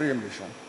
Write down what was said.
מפריעים לי שם.